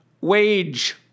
wage